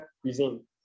cuisine